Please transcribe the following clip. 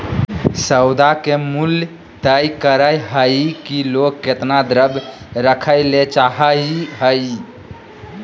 सौदा के मूल्य तय करय हइ कि लोग केतना द्रव्य रखय ले चाहइ हइ